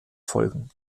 folgen